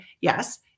Yes